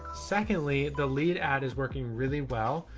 secondly, the lead ad is working really well.